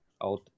out